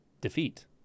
defeat